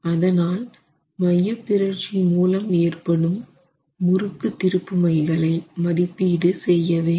அதனால் மையப்பிறழ்ச்சி மூலம் ஏற்படும் முறுக்கு திருப்புமைகளை மதிப்பீடு செய்ய வேண்டும்